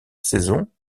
saisons